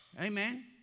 Amen